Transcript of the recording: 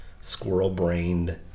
squirrel-brained